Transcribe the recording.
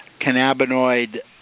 cannabinoid